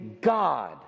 God